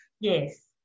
Yes